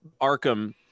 Arkham